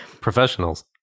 professionals